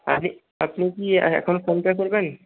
আপনি কি এখন ফোনপে করবেন